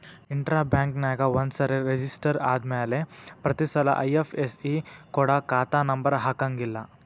intra ಬ್ಯಾಂಕ್ನ್ಯಾಗ ಒಂದ್ಸರೆ register ಆದ್ಮ್ಯಾಲೆ ಪ್ರತಿಸಲ ಐ.ಎಫ್.ಎಸ್.ಇ ಕೊಡ ಖಾತಾ ನಂಬರ ಹಾಕಂಗಿಲ್ಲಾ